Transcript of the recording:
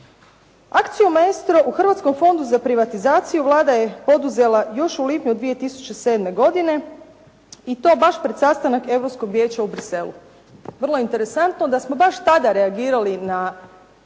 Akcijom "Maestro" u Hrvatskom fondu za privatizaciju Vlada je poduzela još u lipnju 2007. godine i to baš pred sastanak Europskoj vijeća u Bruxellesu. Vrlo interesantno da smo baš tada reagirali na